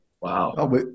wow